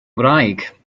ngwraig